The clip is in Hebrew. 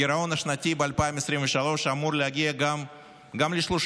הגירעון השנתי ב-2023 עלול להגיע גם ל-3%